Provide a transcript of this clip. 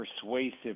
persuasive